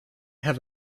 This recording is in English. have